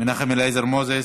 מנחם אליעזר מוזס,